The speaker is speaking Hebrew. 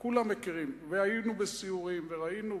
כולם מכירים, והיינו בסיורים וראינו.